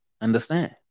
Understand